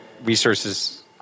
resources